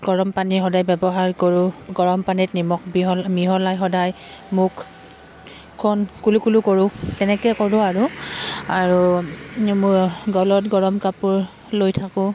গৰম পানী সদায় ব্যৱহাৰ কৰোঁ গৰম পানীত নিমখ মিহল মিহলাই সদায় মুখখন কুলুকুলো কৰোঁ তেনেকৈ কৰোঁ আৰু আৰু মোৰ গলত গৰম কাপোৰ লৈ থাকোঁ